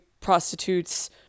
Prostitutes